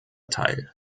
teil